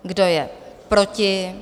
Kdo je proti?